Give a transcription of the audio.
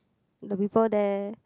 the people there